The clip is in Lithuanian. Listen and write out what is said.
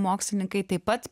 mokslininkai taip pat